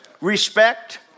Respect